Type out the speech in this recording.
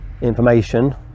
information